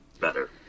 better